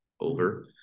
over